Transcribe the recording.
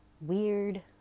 weird